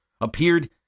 appeared